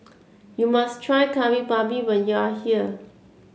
you must try Kari Babi when you are here